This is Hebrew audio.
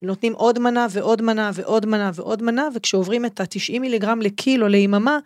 נותנים עוד מנה, ועוד מנה, ועוד מנה, ועוד מנה, וכשעוברים את ה-90 מיליגרם לקילו ליממה,